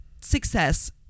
success